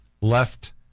left